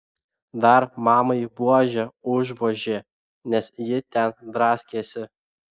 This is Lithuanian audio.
dar mamai buože užvožė nes ji ten draskėsi